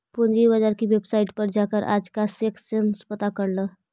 पूंजी बाजार की वेबसाईट पर जाकर आज का सेंसेक्स पता कर ल